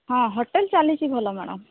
ହଁ ହୋଟେଲ ଚାଲିଛି ଭଲ ମ୍ୟାଡମ